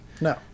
No